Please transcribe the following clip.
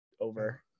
over